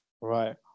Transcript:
Right